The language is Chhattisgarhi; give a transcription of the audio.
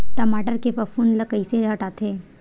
टमाटर के फफूंद ल कइसे हटाथे?